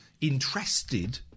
interested